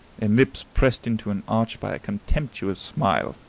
and lips pressed into an arch by a contemptuous smile.